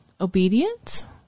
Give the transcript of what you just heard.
Obedience